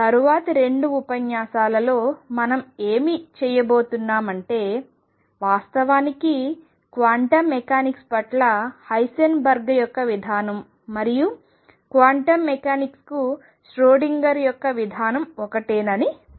తరువాతి రెండు ఉపన్యాసాలలో మనం ఏమి చేయబోతున్నామంటే వాస్తవానికి క్వాంటం మెకానిక్స్ పట్ల హైసెన్బర్గ్ యొక్క విధానం మరియు క్వాంటం మెకానిక్స్కు ష్రోడింగర్ యొక్క విధానం ఒకటేనని తెలుసుకున్నాము